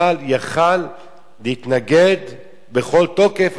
צה"ל היה יכול להתנגד בכל תוקף,